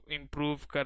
improve